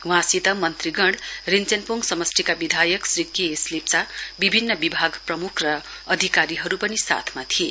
वहाँसित मन्त्रीगण रिश्वेनपोङ समष्टिका विधायक श्री के एस लेप्चा विभभिन्न विभागीय प्रमुख र अधिकारीहरु पनि साथमा थिए